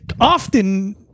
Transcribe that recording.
often